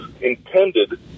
intended